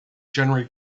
generally